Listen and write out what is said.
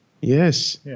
Yes